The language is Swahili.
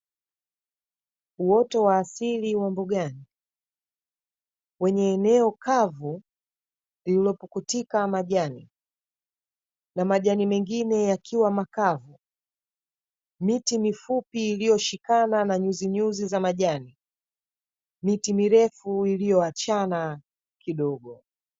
Uoto wa asili wa mbugani wenye eneo kavu lililopukutika majani na majani mengine yakiwa makavu, miti mifupi iliyoshikana na nyuzi nyuzi za majani, miti mirefu iliyoachana kidogo.